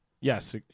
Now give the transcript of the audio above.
Yes